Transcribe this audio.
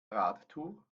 radtour